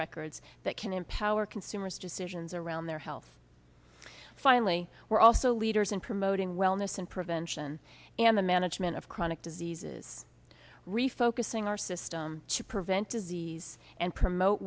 records that can empower consumers decisions around their health finally we're also leaders in promoting wellness and prevention and the management of chronic diseases refocusing our system to prevent disease and promote